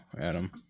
Adam